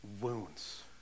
wounds